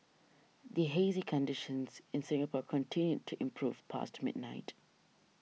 the hazy conditions in Singapore continued to improve past midnight